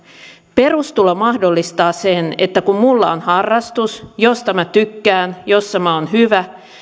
perustulo mahdollistaa sen että kun minulla on harrastus josta minä tykkään jossa minä olen hyvä